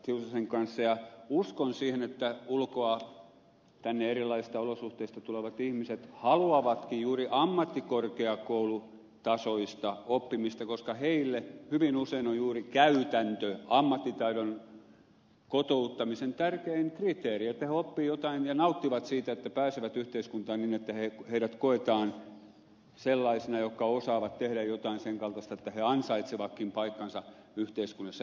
tiusasen kanssa ja uskon siihen että ulkoa tänne erilaisista olosuhteista tulevat ihmiset haluavatkin juuri ammattikorkeakoulutasoista oppimista koska heille hyvin usein on juuri käytäntö ammattitaidon kotouttamisen tärkein kriteeri että he oppivat jotain ja nauttivat siitä että pääsevät yhteiskuntaan niin että heidät koetaan sellaisina jotka osaavat tehdä jotain sen kaltaista että he ansaitsevatkin paikkansa yhteiskunnassa